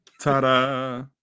Ta-da